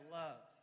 love